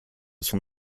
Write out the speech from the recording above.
son